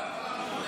למה?